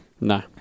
No